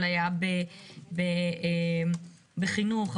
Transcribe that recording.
אפליה בחינוך,